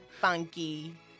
funky